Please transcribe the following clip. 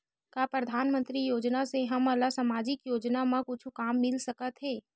का परधानमंतरी योजना से हमन ला सामजिक योजना मा कुछु काम मिल सकत हे?